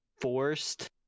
forced